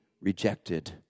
rejected